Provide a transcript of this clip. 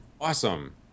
awesome